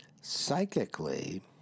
psychically